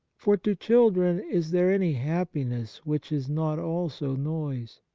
for to children is there any happiness which is not also noise?